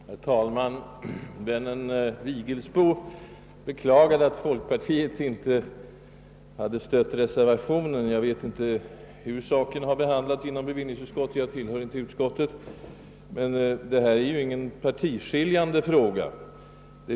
Herr talman! Min vän herr Vigelsbo beklagade att folkpartiet inte hade stött reservationen. Jag vet inte närmare hur saken har behandlats inom bevillningsutskottet — jag tillhör ju inte utskottet — men detta är ingen partiskiljande fråga.